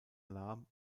lam